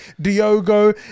diogo